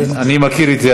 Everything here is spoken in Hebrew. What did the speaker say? אני מכיר את זה.